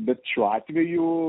bet šiuo atveju